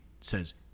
says